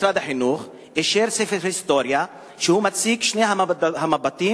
משרד החינוך אישר ספר היסטוריה שמציג את שני המבטים,